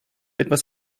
etwas